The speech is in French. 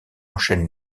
enchaîne